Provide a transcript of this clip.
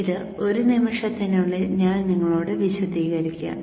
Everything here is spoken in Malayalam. ഇത് ഒരു നിമിഷത്തിനുള്ളിൽ ഞാൻ നിങ്ങളോട് വിശദീകരിക്കാം